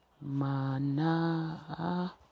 Mana